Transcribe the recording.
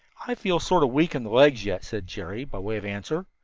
i feel sort of weak in the legs yet, said jerry, by way of answer.